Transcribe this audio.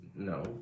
No